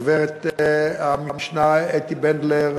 הגברת אתי בנדלר,